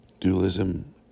dualism